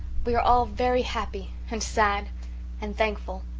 we are all very happy and sad and thankful,